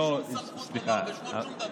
אין לי שום סמכות לדבר בשמו על שום דבר.